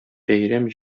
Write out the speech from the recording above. бәйрәм